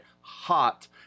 hot